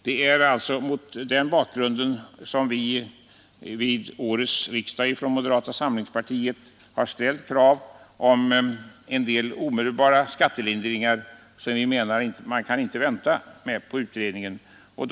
Det är mot den bakgrunden moderata samlingspartiet till årets riksdag ställt krav om en del omedelbara skattelindringar, som vi menar inte kan vänta på skatteutredningens förslag.